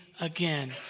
again